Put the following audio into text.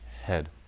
head